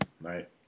right